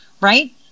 right